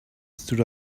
stood